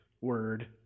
word